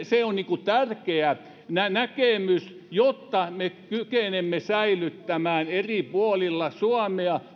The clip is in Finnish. se on tärkeä näkemys jotta me kykenemme säilyttämään eri puolilla suomea